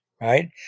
right